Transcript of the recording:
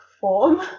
form